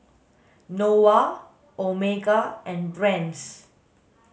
Nova Omega and Brand's